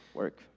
work